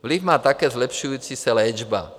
Vliv má také zlepšující se léčba.